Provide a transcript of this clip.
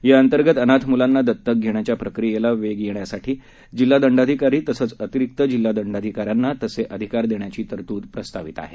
याअंतर्गत अनाथ म्लांना दत्तक घेण्याच्या प्रक्रियेला वेग येण्यासाठी जिल्हा दंडाधिकारी तसंच अतिरिक्त जिल्हा दंडाधिकाऱ्यांना तसं अधिकार देण्याची तरतूद प्रस्तावित आहे